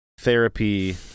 Therapy